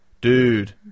dude